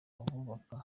abubaka